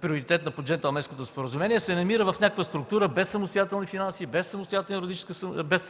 приоритетна по джентълменското споразумение, а се намира в някаква структура – без самостоятелни финанси, без